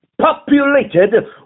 populated